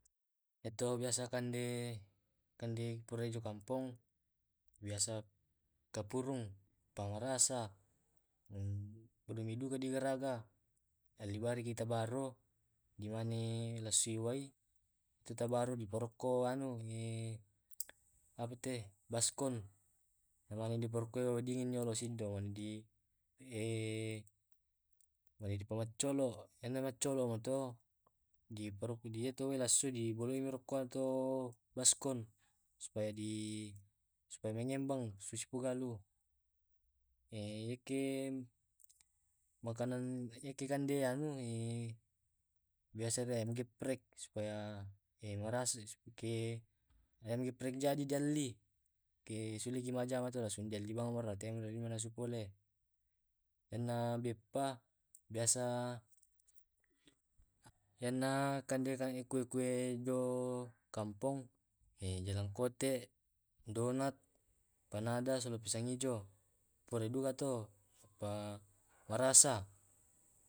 Eto Biasa kande kande porai jo kampong biasa kapurung pa marasa pudumi duka di garaga heli bari kitabaro di mani lasui wai. Itu tabaro di parokko anu apa tu baskon, na di parokki wai dingin dolo sido mani di mane di pamaccolo ane maccoloma to di parukku diyatu wae lassu di bolei maroko ato baskon. Supaya di supaya mengembang sispukalu, yake makanan yake kande anu biasa ada ayam geprek, supaya marasai ke ayam geprek jadi dialli ke sula ki majjama to langsung di alli bang ko tea rate nasu kule enna beppa, biasa iyanna kande na kue kue jo kampong eh jalangkote, donat, panada sola pisang ijo, pureduka to, apa marasa.